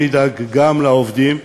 שידאג גם לעובדים,